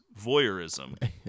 voyeurism